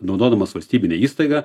naudodamas valstybinę įstaigą